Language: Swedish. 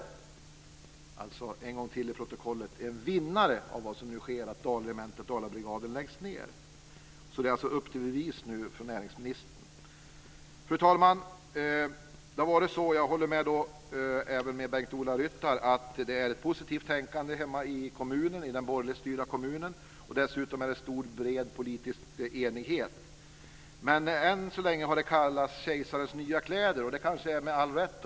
Jag läser en gång till ur protokollet: Falun skulle bli en vinnare efter det som nu sker, att Dalregementet och Dalabrigaden läggs ned. Det är alltså upp till bevis nu för näringsministern. Fru talman! Jag håller även med Bengt-Ola Ryttar om att det är ett positivt tänkande hemma i kommunen, den borgerligt styrda kommunen. Dessutom är det en bred politisk enighet. Men än så länge har det kallats kejsarens nya kläder - och det kanske är med all rätt.